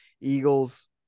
Eagles